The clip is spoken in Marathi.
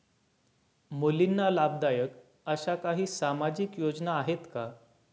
मुलींना लाभदायक अशा काही सामाजिक योजना आहेत का?